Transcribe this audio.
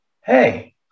Hey